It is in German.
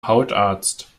hautarzt